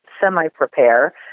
semi-prepare